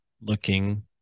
looking